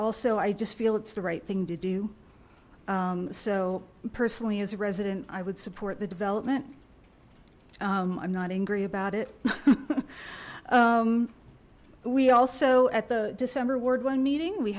also i just feel it's the right thing to do so personally as a resident i would support the development i'm not angry about it we also at the december ward one meeting we